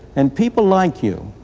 and people like you,